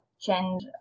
change